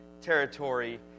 territory